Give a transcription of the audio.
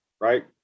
right